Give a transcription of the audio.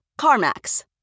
CarMax